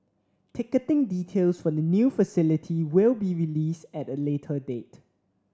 ticketing details for the new facility will be released at a later date